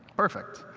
perfect.